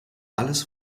alles